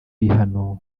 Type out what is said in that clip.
bihano